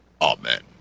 amen